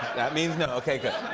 that means no. okay, good.